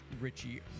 Richie